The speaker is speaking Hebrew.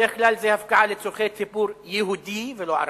בדרך כלל זו הפקעה לצורכי ציבור יהודי ולא ערבי,